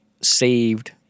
saved